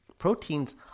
Proteins